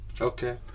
Okay